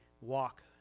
walk